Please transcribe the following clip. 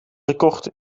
gekocht